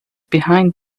behind